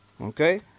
Okay